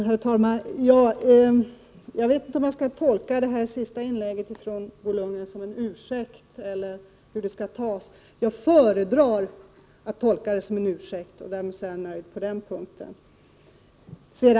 Herr talman! Jag vet inte om jag skall tolka det sista inlägget från Bo Lundgren som en ursäkt, eller hur det skall uppfattas. Jag föredrar att tolka det som en ursäkt, och därmed är jag nöjd på den punkten.